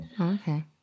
Okay